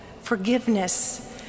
forgiveness